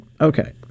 Okay